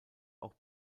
auch